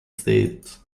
stayed